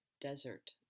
desert